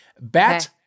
Bat